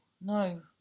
no